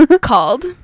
called